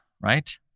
right